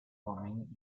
bombing